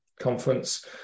conference